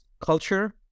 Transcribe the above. culture